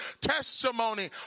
testimony